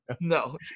No